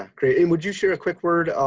great. and would you share a quick word?